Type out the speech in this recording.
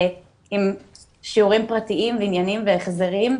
עם שיעורים פרטיים ועניינים והחזרים,